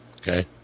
Okay